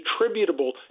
attributable